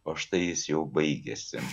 o štai jis jau baigėsi